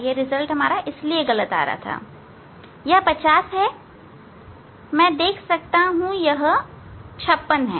यह 50 नहीं है मैं देख सकता हूं यह 56 है